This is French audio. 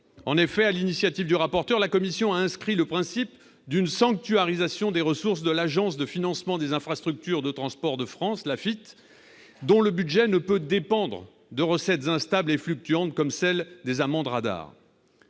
En effet, sur son initiative, la commission a inscrit le principe d'une sanctuarisation des ressources de l'Agence de financement des infrastructures de transport de France, dont le budget ne peut dépendre de recettes instables et fluctuantes comme celles des amendes radars.